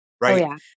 Right